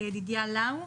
לידידיה לאו.